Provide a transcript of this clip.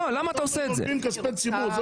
אמרתם שאנחנו גונבים כספי ציבור.